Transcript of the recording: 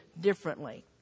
differently